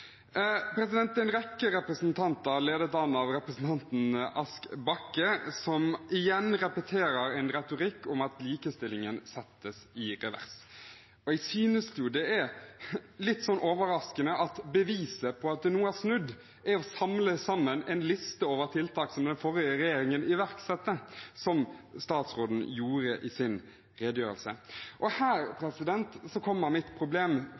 En rekke representanter ledet an av representanten Ask Bakke repeterer igjen en retorikk om at likestillingen settes i revers. Jeg synes det er litt overraskende at beviset på at det nå har snudd, er en liste man har samlet sammen over tiltak som den forrige regjeringen iverksatte, som statsråden gjorde i sin redegjørelse. Her kommer mitt problem.